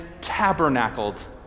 tabernacled